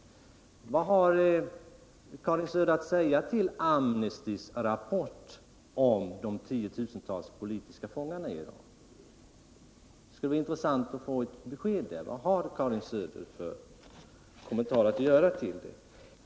Vad har Karin Söder att säga om Amnestys rapport om de tiotusentals politiska fångarna i Iran? Det skulle vara intressant att få ta del av de kommentarer Karin Söder har att göra i det avseendet.